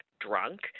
drunk